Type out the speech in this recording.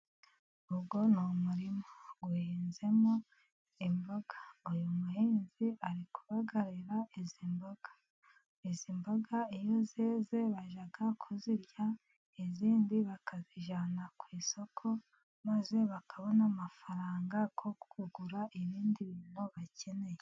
Uyu ni umurima uhinzemo imboga, uyu muhinzi ari kubagarira izi mboga, izi mboga iyo zeze bajya kuzirya izindi bakazijyana ku isoko, maze bakabona amafaranga yo kugura ibindi bintu bakenyeye.